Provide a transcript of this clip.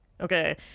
okay